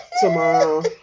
tomorrow